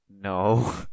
No